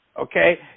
Okay